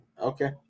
Okay